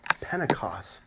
Pentecost